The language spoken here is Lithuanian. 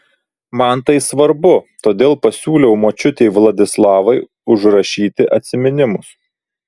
man tai svarbu todėl pasiūliau močiutei vladislavai užrašyti atsiminimus